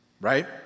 right